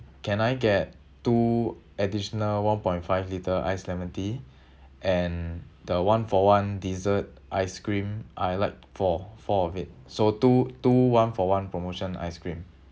can I get two additional one point five litre iced lemon tea and the one for one dessert ice cream I like four four of it so two two one for one promotion ice cream